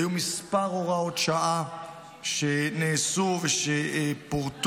היו כמה הוראות שעה שנעשו ושפורטו.